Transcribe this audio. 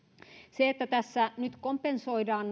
se että tässä nyt kompensoidaan